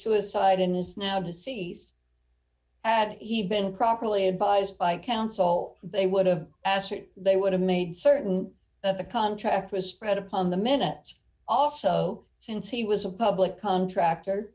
suicide and is now deceased i had he been properly advised by counsel they would have asked if they would have made certain that the contract was spread upon the minutes also since he was a public contractor